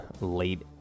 late